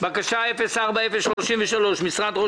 בקשה מס' 01-011 אושרה.